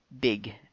big